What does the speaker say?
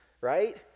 right